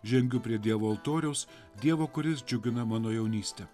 žengiu prie dievo altoriaus dievo kuris džiugina mano jaunystę